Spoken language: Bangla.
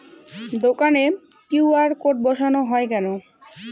দোকানে কিউ.আর কোড বসানো হয় কেন?